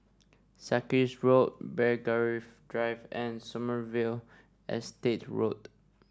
Sarkies Road Belgravia Drive and Sommerville Estate Road